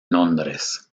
londres